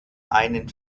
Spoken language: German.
einen